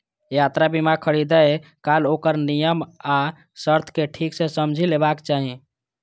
यात्रा बीमा खरीदै काल ओकर नियम आ शर्त कें ठीक सं समझि लेबाक चाही